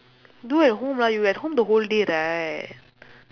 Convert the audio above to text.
do at home lah you at home the whole day right